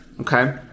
okay